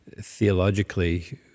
theologically